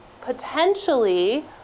potentially